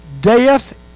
death